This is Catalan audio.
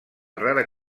rara